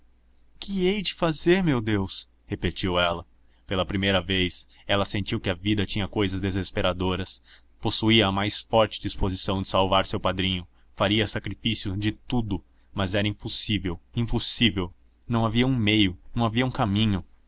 hei de fazer meu deus repetiu ela pela primeira vez ela sentiu que a vida tinha cousas desesperadoras possuía a mais forte disposição de salvar seu padrinho faria sacrifício de tudo mas era impossível impossível não havia um meio não havia um caminho